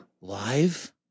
Live